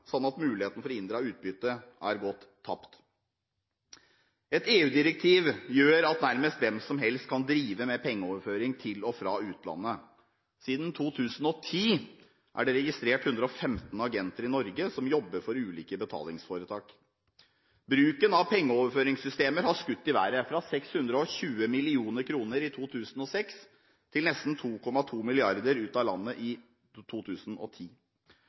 at muligheten for å inndra utbyttet er gått tapt. Et EU-direktiv gjør at nærmest hvem som helst kan drive med pengeoverføring til og fra utlandet. Siden 2010 er det registrert 115 agenter i Norge som jobber for ulike betalingsforetak. Bruken av pengeoverføringssystemer har skutt i været – fra 620 mill. kr i 2006 til nesten 2,2 mrd. kr ut av landet i 2010.